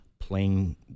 Playing